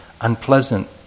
unpleasant